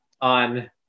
on